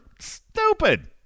stupid